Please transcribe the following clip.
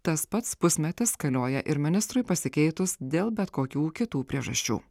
tas pats pusmetis galioja ir ministrui pasikeitus dėl bet kokių kitų priežasčių